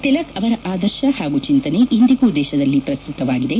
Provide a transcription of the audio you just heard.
ತಿಲಕ್ ಅವರ ಆದರ್ಶ ಹಾಗೂ ಚಿಂತನೆ ಇಂದಿಗೂ ದೇಶದಲ್ಲಿ ಪ್ರಸ್ತುತವಾಗಿವೆ